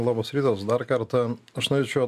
labas rytas dar kartą aš norėčiau